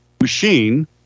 machine